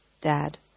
dad